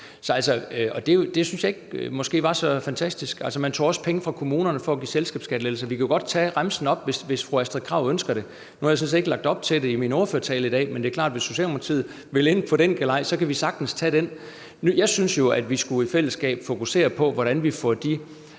Det synes jeg måske ikke var så fantastisk. Altså, man tog også penge fra kommunerne for at give selskabsskattelettelser. Vi kan godt tage remsen op, hvis fru Astrid Krag ønsker det. Nu har jeg sådan set ikke lagt op til det i min ordførertale i dag, men det er klart, at hvis Socialdemokratiet vil ind på den galej, kan vi sagtens gøre det. Jeg synes jo, at vi i fællesskab skulle fokusere på, hvordan vi efter de